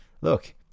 look